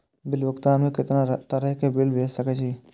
Bill भुगतान में कितना तरह के बिल भेज सके छी?